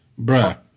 bruh